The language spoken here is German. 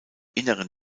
inneren